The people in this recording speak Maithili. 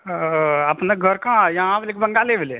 ओ अपना घर कहाँ यहाँ भेलै कि बंगाले भेलै